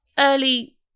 early